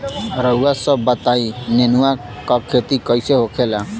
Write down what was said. रउआ सभ बताई नेनुआ क खेती कईसे होखेला?